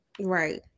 right